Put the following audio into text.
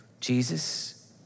Jesus